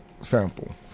sample